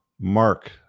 Mark